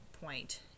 point